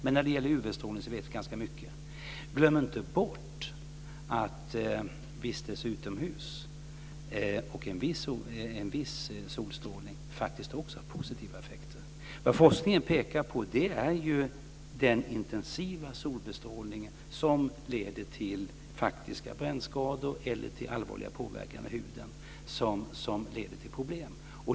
Men när det gäller UV-strålning vet vi ganska mycket. Glöm inte bort att vistelse utomhus och en viss solstrålning faktiskt också har positiva effekter. Vad forskningen pekar på är den intensiva solbestrålning som leder till faktiska brännskador eller till allvarlig påverkan på huden, som leder till problem.